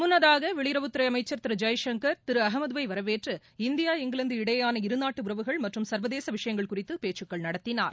முன்னதாக வெளியுறவுத்துறை அமைச்சர் திரு ஜெய்சங்கா் திரு அகமதுவை வரவேற்று இந்தியா இங்கிலாந்து இடையேயான இருநாட்டு உறவுகள் மற்றும் சா்வதேச விஷயங்கள் குறித்து பேச்சுக்கள் நடத்தினார்